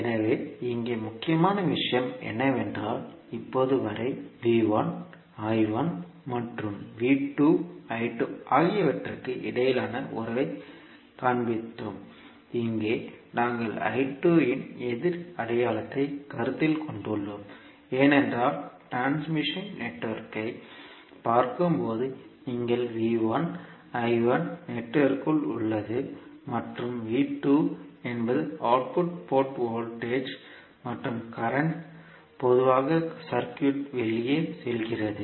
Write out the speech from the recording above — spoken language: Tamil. எனவே இங்கே முக்கியமான விஷயம் என்னவென்றால் இப்போது வரை மற்றும் ஆகியவற்றுக்கு இடையிலான உறவைக் காண்பித்தோம் இங்கே நாங்கள் இன் எதிர் அடையாளத்தைக் கருத்தில் கொண்டுள்ளோம் ஏனென்றால் டிரான்ஸ்மிஷன் நெட்வொர்க்கைப் பார்க்கும்போது நீங்கள் நெட்வொர்க்கிற்குள் உள்ளது மற்றும் என்பது அவுட்புட் போர்ட் வோல்டேஜ் மற்றும் கரண்ட் பொதுவாக சர்க்யூட்க்கு வெளியே செல்கிறது